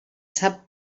sap